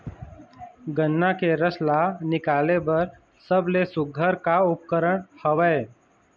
गन्ना के रस ला निकाले बर सबले सुघ्घर का उपकरण हवए?